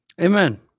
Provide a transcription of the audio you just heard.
Amen